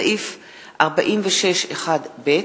סעיף 46(1)(ב),